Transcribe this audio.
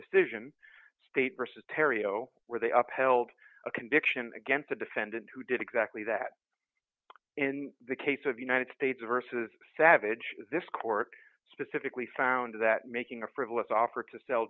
decision state versus terrio where they upheld a conviction against the defendant who did exactly that in the case of united states versus savage this court specifically found that making a frivolous offer to sell